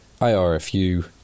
IRFU